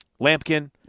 Lampkin